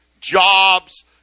jobs